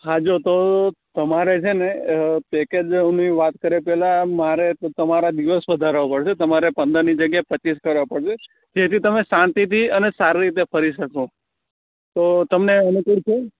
હાં જો તો તમારે છે ને પેકેજની વાત કરીએ ત્યારે મારે તો તમારા જે સુધારવા પડશે તમાએ પાંદરની જગ્યાએ પચીસ કરવા પડશે જેથી તમે સહંતિથી અને સારી રીતે ફરી શકો તો તમને અનુકૂળ છે